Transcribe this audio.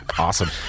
Awesome